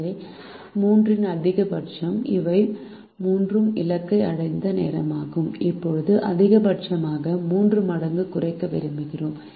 எனவே மூன்றின் அதிகபட்சம் இவை மூன்றும் இலக்கை அடைந்த நேரமாகும் இப்போது அதிகபட்சமாக 3 மடங்கு குறைக்க விரும்புகிறோம்